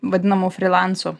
vadinamu frylancu